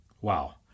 Wow